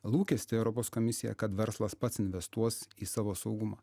lūkestį europos komisija kad verslas pats investuos į savo saugumą